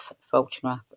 photograph